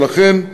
ולכן,